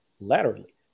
laterally